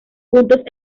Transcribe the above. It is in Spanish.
juntos